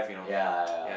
ya ya